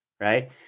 right